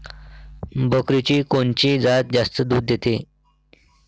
बकरीची कोनची जात जास्त दूध देते?